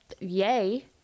Yay